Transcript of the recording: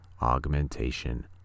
augmentation